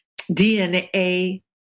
DNA